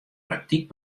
praktyk